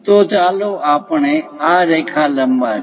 તો ચાલો આપણે આ રેખા લંબાવીએ